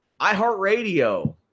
iHeartRadio